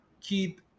keep